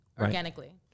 organically